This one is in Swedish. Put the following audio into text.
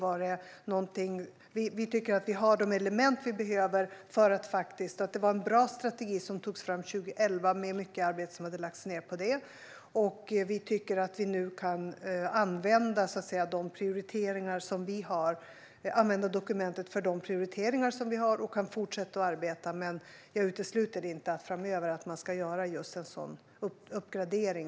Vi tycker att vi har de element vi behöver och att det var en bra strategi som togs fram 2011; mycket arbete hade lagts ned på det. Vi tycker att vi nu kan använda dokumentet för de prioriteringar som vi har och fortsätta arbeta, men jag utesluter inte att man framöver ska göra en uppgradering.